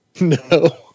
No